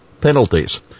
penalties